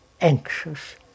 anxious